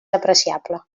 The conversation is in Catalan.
apreciable